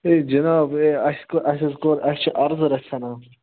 ہے جِناب ہے اَسہِ حظ کوٛر اَسہِ چھُ عرضہٕ رَژھِ ہَنا اَکھ